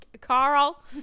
carl